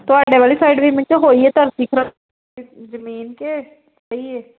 ਤੁਹਾਡੇ ਵਾਲੀ ਸਾਈਡ ਵੀ ਮੈਂ ਕਿਹਾ ਹੋਈ ਹੈ ਧਰਤੀ ਜਮੀਨ ਕੇ ਸਹੀ ਹੈ